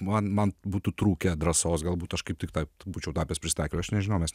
man man būtų trūkę drąsos galbūt aš kaip tik tą būčiau tapęs prisitaikiau aš nežinau nes